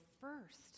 first